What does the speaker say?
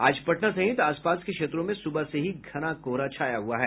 आज पटना सहित आस पास के क्षेत्रों में सुबह से ही घना कोहरा छाया हुआ है